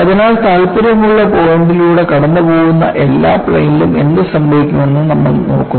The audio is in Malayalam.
അതിനാൽ താൽപ്പര്യമുള്ള പോയിൻറ്ലൂടെ കടന്നുപോകുന്ന എല്ലാ പ്ലെയിനിലും എന്ത് സംഭവിക്കുമെന്ന് നമ്മൾ നോക്കുന്നു